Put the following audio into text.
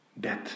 death